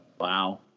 wow